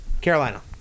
Carolina